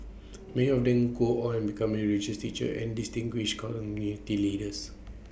many of them go on become religious teachers and distinguished community leaders